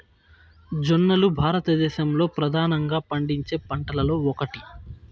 జొన్నలు భారతదేశంలో ప్రధానంగా పండించే పంటలలో ఒకటి